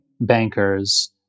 bankers